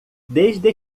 desde